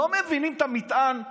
לא מבינים את המטען.